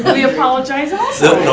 and we apologize also.